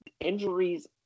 injuries